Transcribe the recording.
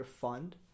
fund